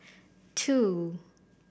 two